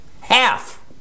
Half